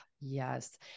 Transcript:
Yes